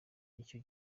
icyo